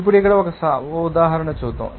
ఇప్పుడు ఇక్కడ ఒక ఉదాహరణ చూద్దాం